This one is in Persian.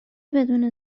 بدون